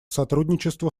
сотрудничество